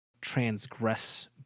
transgress